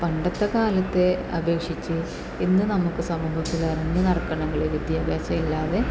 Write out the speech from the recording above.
പണ്ടത്തെ കാലത്തെ അപേക്ഷിച്ച് ഇന്ന് നമുക്ക് സമൂഹത്തിലെ ഇറങ്ങി നടക്കണമെങ്കിൽ വിദ്യാഭ്യാസം ഇല്ലാതെ